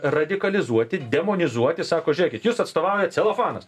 radikalizuoti demonizuoti sako žiūrėkit jūs atstovauja celofanas